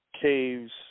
caves